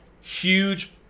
huge